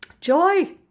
Joy